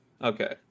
Okay